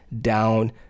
down